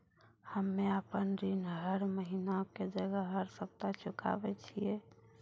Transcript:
हम्मे आपन ऋण हर महीना के जगह हर सप्ताह चुकाबै छिये